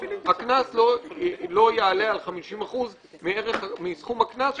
הקנס לא יעלה על 50% מסכום הקנס שקבוע.